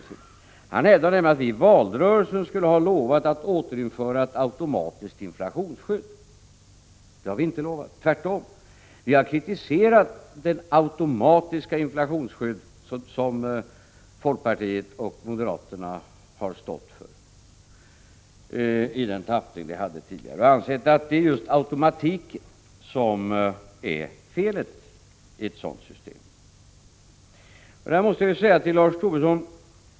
Han hävdade nämligen att vi i valrörelsen skulle ha lovat att återinföra ett automatiskt inflationsskydd. Det har vi inte lovat. Tvärtom! Vi har kritiserat det automatiska inflationsskydd som folkpartiet och moderaterna har stått föri den tappning det hade tidigare och ansett att det just är automatiken som är det felaktiga i ett sådant system. Jag måste säga några ord till Lars Tobisson.